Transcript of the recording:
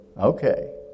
Okay